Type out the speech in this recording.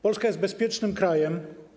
Polska jest bezpiecznym krajem.